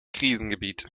krisengebiet